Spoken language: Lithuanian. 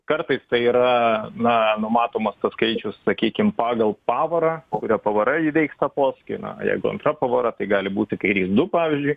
kartais tai yra na numatomas tas skaičius sakykim pagal pavarą o kuria pavara įveiks tą posūkį na jeigu antra pavara tai gali būti kairys du pavyzdžiui